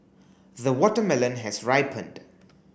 the watermelon has ripened